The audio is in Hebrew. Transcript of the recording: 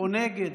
אינו נוכח